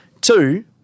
Two